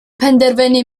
penderfynu